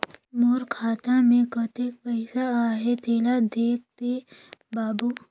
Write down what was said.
मोर खाता मे कतेक पइसा आहाय तेला देख दे बाबु?